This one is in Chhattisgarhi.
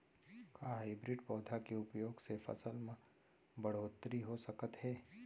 का हाइब्रिड पौधा के उपयोग से फसल म बढ़होत्तरी हो सकत हे?